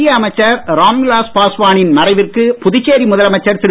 மத்திய அமைச்சர் ராம்விலாஸ் பாஸ்வானின் மறைவிற்கு புதுச்சேரி முதலமைச்சர் திரு